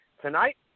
Tonight